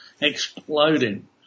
exploding